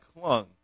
clung